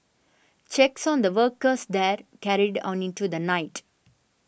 checks on the workers there carried on into the night